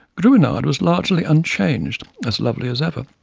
gruinard was largely unchanged, as lovely as ever.